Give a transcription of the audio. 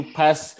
pass